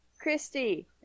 Christy